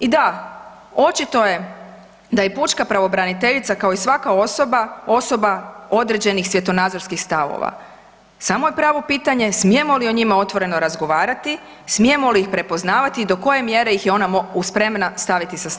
I da, očito je da je pučka pravobraniteljica kao i svaka osoba, osoba određenih svjetonazorskih stavova, samo je pravo pitanje smijemo li o njima otvoreno razgovarati, smijemo li ih prepoznavati i do koje mjere ih ona spremna staviti sa strane?